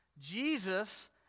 Jesus